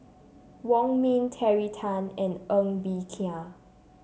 Wong Ming Terry Tan and Ng Bee Kia